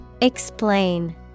Explain